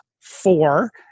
Four